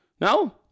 no